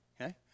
okay